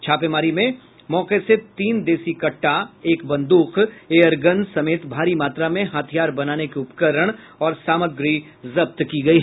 छापेमारी में मौके से तीन देशी कट्टा एक बंदूक एयरगन समेत भारी मात्रा में हथियार बनाने के उपकरण और सामग्री जब्त की गयी